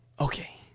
okay